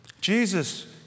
Jesus